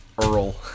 Earl